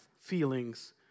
feelings